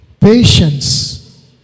Patience